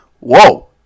whoa